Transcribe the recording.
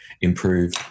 improve